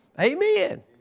Amen